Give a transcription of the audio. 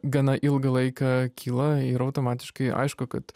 gana ilgą laiką kyla ir automatiškai aišku kad